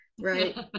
right